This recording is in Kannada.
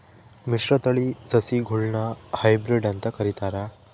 ಮಿಶ್ರತಳಿ ಸಸಿಗುಳ್ನ ಹೈಬ್ರಿಡ್ ಅಂತ ಕರಿತಾರ